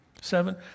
Seven